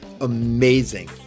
amazing